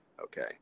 Okay